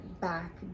back